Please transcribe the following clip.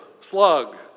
slug